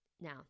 Now